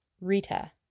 Rita